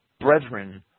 brethren